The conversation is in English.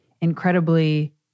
incredibly